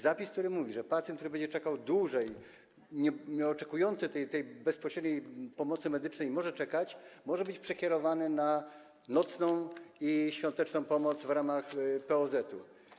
Zapis, który mówi, że pacjent, który będzie czekał dłużej, który nie oczekuje tej bezpośredniej pomocy medycznej, który może czekać, może być przekierowany na nocną i świąteczną pomoc w ramach POZ-u.